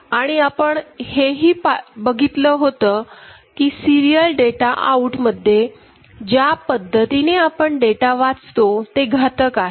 आणि आपण हेही बघितलं होतं की सीरियल डेटा आऊट मध्ये ज्या पद्धतीने आपण डेटा वाचतो ते घातक आहे